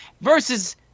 Versus